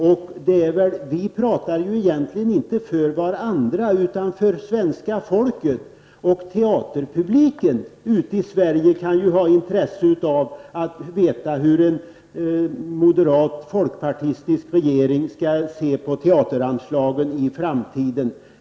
Vi talar egentligen inte för varandra utan för svenska folket. Teaterpubliken i Sverige kan ha intresse av att veta hur en moderat-- folkpartistisk regering skulle se på teateranslagen i framtiden.